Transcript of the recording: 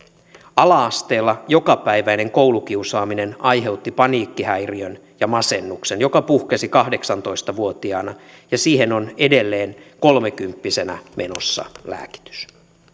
ala asteella jokapäiväinen koulukiusaaminen aiheutti paniikkihäiriön ja masennuksen joka puhkesi kahdeksantoista vuotiaana ja siihen on edelleen kolmekymppisenä menossa lääkitys